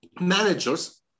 managers